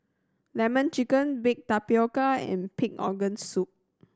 Lemon Chicken baked tapioca and pig organ soup